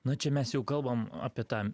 na čia mes jau kalbam apie tą